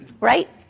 Right